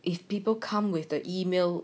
if people come with the email